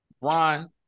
Ron